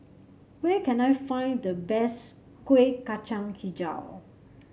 where can I find the best Kuih Kacang hijau